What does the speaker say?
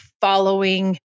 following